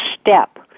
step